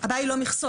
הבעיה היא לא מכסות,